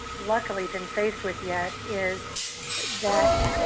luckily, been faced with yet is that